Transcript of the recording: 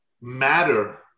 matter